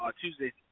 Tuesday